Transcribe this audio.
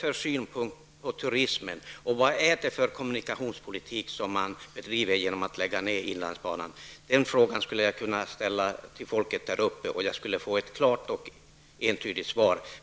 Vilken syn på turismen har regeringen, och vad är det för kommunikationspolitik man bedriver genom att lägga ned inlandsbanan? Dessa frågor skulle jag kunna ställa till folket där uppe, och jag skulle få ett klart och entydigt svar.